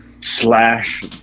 slash